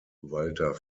walter